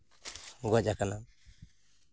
ᱜᱚᱡ ᱠᱟᱱᱟ